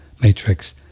matrix